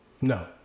no